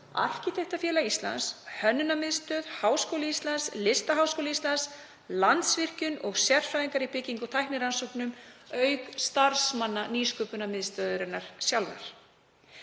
Arkitektafélag Íslands, Hönnunarmiðstöð, Háskóli Íslands, Listaháskóli Íslands, Landsvirkjun og sérfræðingar í byggingar- og tæknirannsóknum auk starfsmanna Nýsköpunarmiðstöðvarinnar sjálfrar.